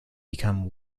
become